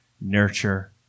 nurture